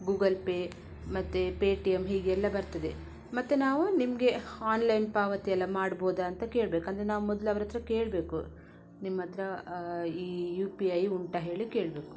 Google Pay ಮತ್ತು Paytm ಹೀಗೆಲ್ಲ ಬರ್ತದೆ ಮತ್ತೆ ನಾವು ನಿಮಗೆ ಆನ್ಲೈನ್ ಪಾವತಿ ಎಲ್ಲ ಮಾಡಬಹುದಾ ಅಂತ ಕೇಳಬೇಕು ಅಂದರೆ ನಾವು ಮೊದಲು ಅವರ ಹತ್ರ ಕೇಳಬೇಕು ನಿಮ್ಮ ಹತ್ರ ಈ ಯು ಪಿ ಐ ಉಂಟಾ ಹೇಳಿ ಕೇಳಬೇಕು